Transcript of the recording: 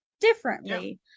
differently